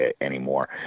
anymore